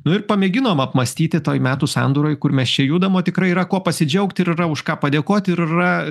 nu ir pamėginom apmąstyti toj metų sandūroj kur mes čia judam o tikrai yra kuo pasidžiaugt ir yra už ką padėkot ir yra